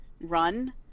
run